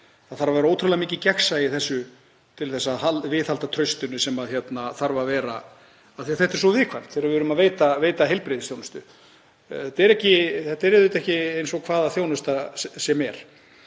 Það þarf að vera ótrúlega mikið gegnsæi í þessu til að viðhalda traustinu sem þarf að vera af því að þetta er svo viðkvæmt þegar við erum að veita heilbrigðisþjónustu. Þetta er auðvitað ekki eins og hvaða þjónusta sem er.